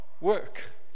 work